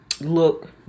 look